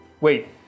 wait